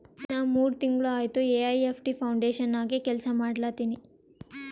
ನಾ ಮೂರ್ ತಿಂಗುಳ ಆಯ್ತ ಎ.ಐ.ಎಫ್.ಟಿ ಫೌಂಡೇಶನ್ ನಾಗೆ ಕೆಲ್ಸಾ ಮಾಡ್ಲತಿನಿ